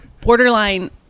borderline